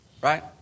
right